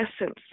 essence